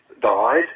died